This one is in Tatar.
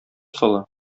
сала